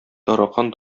таракан